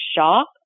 shock